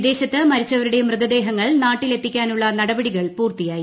വിദേശത്ത് മരിച്ചവരുടെ മൃതദേഹങ്ങൾ നാട്ടിൽ എത്തിക്കാനുള്ള നടപടികൾ പൂർത്തിയായി